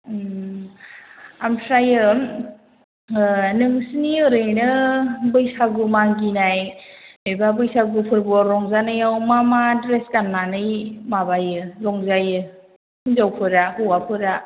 ओमफ्राय नोंसोरनि ओरैनो बैसागु मागिनाय एबा बैसागु फोरबोआव रंजानायाव मा मा ड्रेस गाननानै माबायो रंजायो हिन्जावफोरा हौवाफोरा